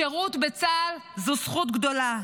שירות בצה"ל הוא זכות גדולה.